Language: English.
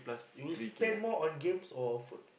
you spend more on games or food